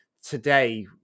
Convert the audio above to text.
today